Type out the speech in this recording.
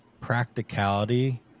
practicality